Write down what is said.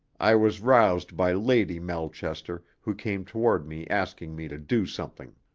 i was roused by lady melchester, who came toward me asking me to do something,